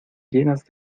llenas